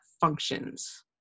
functions